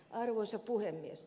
arvoisa puhemies